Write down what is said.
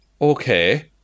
Okay